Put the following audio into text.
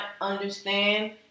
understand